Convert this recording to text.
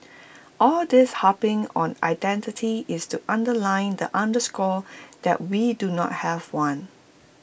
all this harping on identity is to underline and underscore that we do not have one